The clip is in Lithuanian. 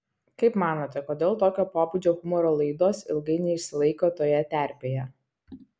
kaip manote kodėl tokio pobūdžio humoro laidos ilgai neišsilaiko toje terpėje